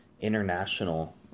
international